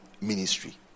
ministry